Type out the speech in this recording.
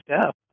step